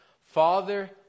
Father